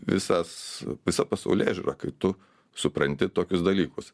visas visa pasaulėžiūra kai tu supranti tokius dalykus